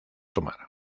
tomar